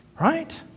right